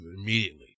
immediately